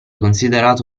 considerato